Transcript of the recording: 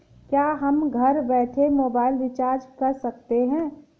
क्या हम घर बैठे मोबाइल रिचार्ज कर सकते हैं?